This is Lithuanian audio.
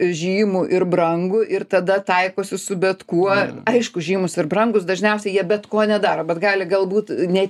žymų ir brangų ir tada taikosi su bet kuo aišku žymūs ir brangūs dažniausiai jie bet ko nedaro bet gali galbūt ne